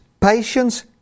patience